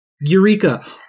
Eureka